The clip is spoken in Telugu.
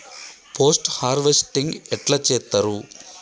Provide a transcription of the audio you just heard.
పోస్ట్ హార్వెస్టింగ్ ఎట్ల చేత్తరు?